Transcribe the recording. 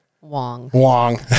Wong